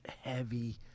heavy